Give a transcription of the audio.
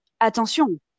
attention